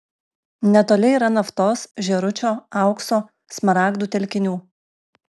netoli yra naftos žėručio aukso smaragdų telkinių